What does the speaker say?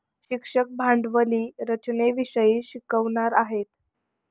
शिक्षक भांडवली रचनेविषयी शिकवणार आहेत